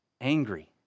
angry